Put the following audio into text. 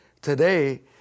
today